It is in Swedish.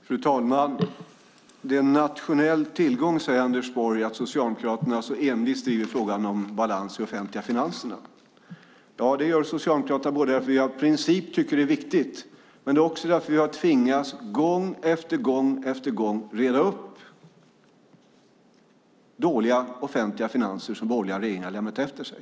Fru talman! Det är en nationell tillgång, säger Anders Borg, att Socialdemokraterna så envist driver frågan om balans i de offentliga finanserna. Det gör Socialdemokraterna därför att vi av princip tycker att det är viktigt, men också därför att vi gång efter gång har tvingats reda upp dåliga offentliga finanser som borgerliga regeringar har lämnat efter sig.